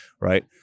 right